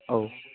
औ